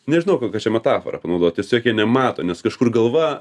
nežinau kokią čia metaforą panaudot tiesiog jie nemato nes kažkur galva